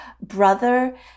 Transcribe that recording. brother